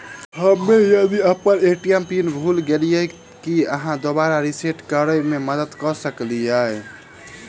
हम्मे यदि अप्पन ए.टी.एम पिन भूल गेलियै, की अहाँ दोबारा सेट रिसेट करैमे मदद करऽ सकलिये?